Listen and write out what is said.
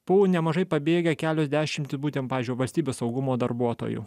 buvo nemažai pabėgę kelios dešimtys būtent pavyzdžiui valstybės saugumo darbuotojų